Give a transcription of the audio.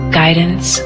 guidance